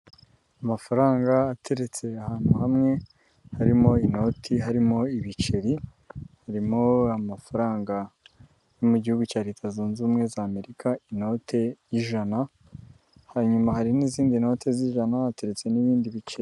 amafaranga ateretse ahantu hamwe, harimo: inoti, ibiceri, amafaranga yo mu gihugu cya leta zunze ubumwe za amerika inote y'ijana. Hanyuma hari n'izindi note z'ijana, hateretse n'ibindi biceri.